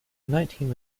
nineteen